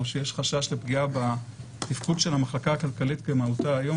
שיש חשש לפגיעה בתפקוד של המחלקה הכלכלית כמהותה היום,